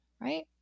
right